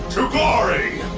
to glory!